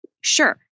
Sure